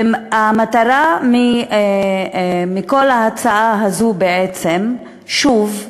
המטרה בכל ההצעה הזאת, בעצם, שוב,